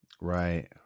Right